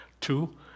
Two